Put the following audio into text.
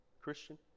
Christian